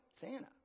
Santa